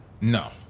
No